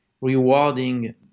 rewarding